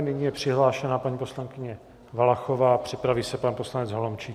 Nyní je přihlášená paní poslankyně Valachová, připraví se pan poslanec Holomčík.